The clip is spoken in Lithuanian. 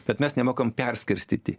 bet mes nemokam perskirstyti